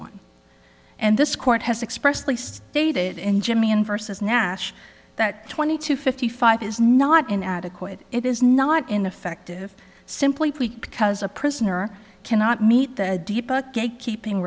one and this court has expressly stated in jimmy inverses nash that twenty to fifty five is not an adequate it is not in affective simply because a prisoner cannot meet the gate keeping